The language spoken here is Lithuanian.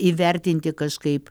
įvertinti kažkaip